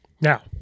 Now